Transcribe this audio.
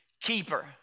keeper